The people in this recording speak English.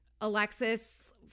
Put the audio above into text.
Alexis